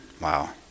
Wow